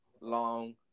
long